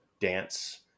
dance